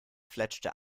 fletschte